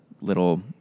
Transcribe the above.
little